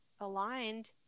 aligned